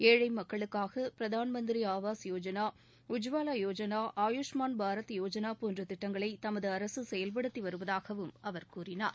ஏழை மக்களுக்காக பிரதான் மந்திரி ஆவாஸ் யோஜனா உஜ்வாலா யோஜனா ஆயூஷ்மான் பாரத் யோஜனா போன்ற திட்டங்களை தமது அரசு செயல்படுத்தி வருவதாகவும் அவர் கூறினார்